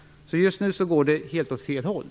Just nu går det alltså helt åt fel håll.